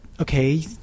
okay